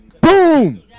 Boom